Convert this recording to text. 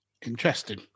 Interesting